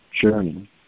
journey